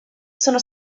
sono